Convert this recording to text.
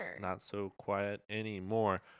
Not-So-Quiet-Anymore